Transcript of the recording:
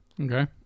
Okay